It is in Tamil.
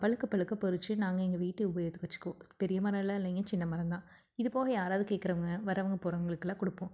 பழுக்கப் பழுக்கப் பறிச்சு நாங்கள் எங்கள் வீட்டு உபயோகத்துக்கு வச்சுக்குவோம் பெரிய மரம் எல்லாம் இல்லைங்க சின்ன மரந்தான் இது போக யாராவது கேட்குறவங்க வர்றவங்க போகிறவங்களுக்கெல்லாம் கொடுப்போம்